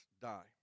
die